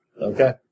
Okay